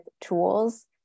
tools